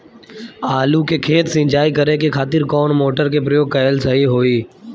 आलू के खेत सिंचाई करे के खातिर कौन मोटर के प्रयोग कएल सही होई?